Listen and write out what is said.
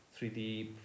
3d